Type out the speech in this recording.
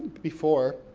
before,